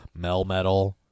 Melmetal